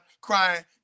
crying